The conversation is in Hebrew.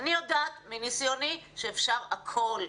אני יודעת מניסיוני שאפשר הכל.